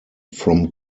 from